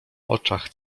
oczach